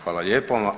Hvala lijepo.